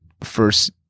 first